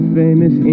famous